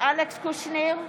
אלכס קושניר,